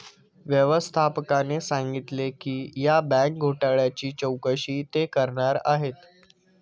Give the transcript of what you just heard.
व्यवस्थापकाने सांगितले की या बँक घोटाळ्याची चौकशी ते करणार आहेत